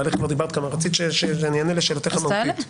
רצית שאני אענה לשאלתך המהותית.